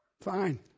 Fine